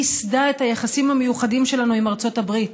היא ייסדה את היחסים המיוחדים שלנו עם ארצות הברית.